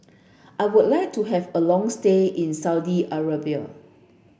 I would like to have a long stay in Saudi Arabia